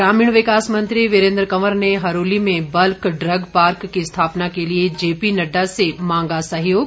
ग्रामीण विकास मंत्री वीरेन्द्र कंवर ने हरोली में बल्क ड्रग पार्क की स्थापना के लिए जेपी नड्डा से मांगा सहयोग